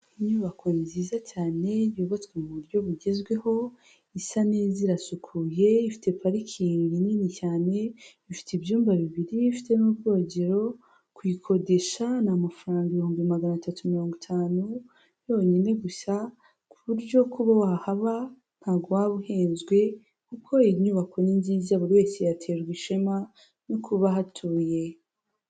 Inyubako nziza cyane yubatswe mu buryo bugezweho, isa neza, irasukuye, ifite parikingi nini cyane, ifite ibyumba bibiri, ifite n'ubwogero, kuyikodesha ni amafaranga ibihumbi magana atatu mirongo itanu yonyine gusa ku buryo kuba wahaba ntabwo waba uhezwe, kuko iyi nyubako ni nziza, buri wese yaterwa ishema no kuba ahatuye.